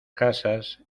casas